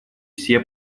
все